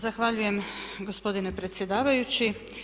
Zahvaljujem gospodine predsjedavajući.